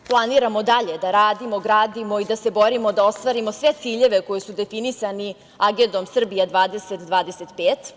Planiramo dalje da gradimo, radimo i da se borimo da ostvarimo sve ciljeve koji su definisani Agendom „Srbija2025“